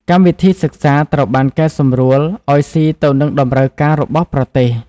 កម្មវិធីសិក្សាត្រូវបានកែសម្រួលឱ្យស៊ីទៅនឹងតម្រូវការរបស់ប្រទេស។